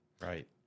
Right